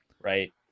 Right